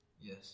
Yes